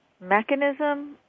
mechanism